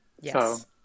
Yes